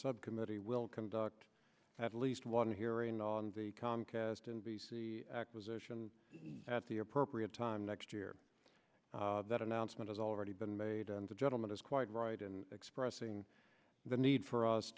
subcommittee will conduct at least one hearing on the comcast n b c acquisition at the appropriate time next year that announcement has already been made and the gentleman is quite right in expressing the need for us